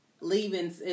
leaving